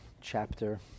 chapter